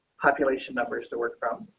population numbers to work from.